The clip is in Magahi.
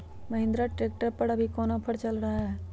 महिंद्रा ट्रैक्टर पर अभी कोन ऑफर चल रहा है?